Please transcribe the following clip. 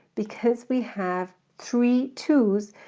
because we have three twos,